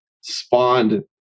spawned